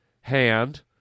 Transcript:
hand